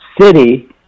city